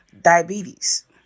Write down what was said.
diabetes